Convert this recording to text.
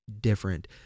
different